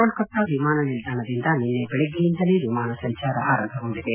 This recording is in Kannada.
ಕೋಲ್ಲತಾ ವಿಮಾನ ನಿಲ್ದಾಣದಿಂದ ನಿನ್ನೆ ಬೆಳಗ್ಗೆಯಿಂದಲೇ ವಿಮಾನ ಸಂಚಾರ ಆರಂಭಗೊಂಡಿದೆ